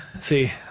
See